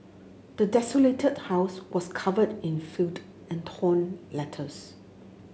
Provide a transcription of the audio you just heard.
the desolated house was covered in filth and torn letters